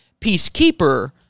Peacekeeper